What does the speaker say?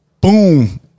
Boom